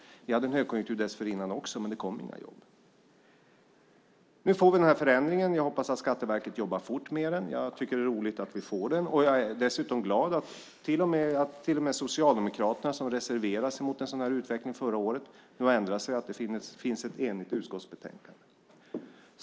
Vi hade en högkonjunktur dessförinnan också, men det kom inga jobb. Nu får vi den här förändringen, och jag hoppas att Skatteverket jobbar fort med den. Jag tycker att det är roligt att vi får den. Jag är dessutom glad att till och med Socialdemokraterna, som reserverade sig mot en sådan här utveckling förra året, nu har ändrat sig och det finns ett enigt utskottsbetänkande.